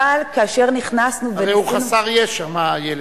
כאשר נכנסנו, הרי הילד הוא חסר ישע.